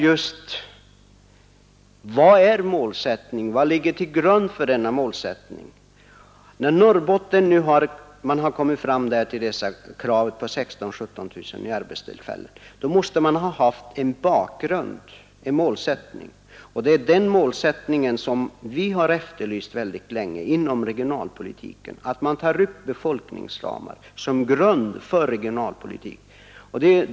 När man i Norrbotten nu har kommit fram till kravet på 16 000-17 000 nya arbetstillfällen måste det ha funnits en bakgrund eller en målsättning bakom detta. Det är sådant som vi från centern mycket länge har framfört.